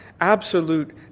absolute